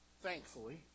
thankfully